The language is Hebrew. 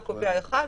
לא קובע אחד ולכן,